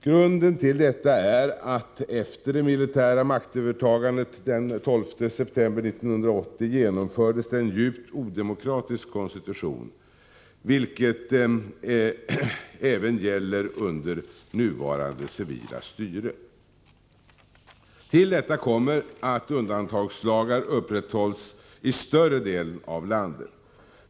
Grunden till detta är att efter det militära maktövertagandet den 12 september 1980 genomfördes en djupt odemokratisk konstitution, vilket även gäller under nuvarande civila styre. Till detta kommer att undantagslagar upprätthålls i större delen av landet.